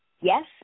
Yes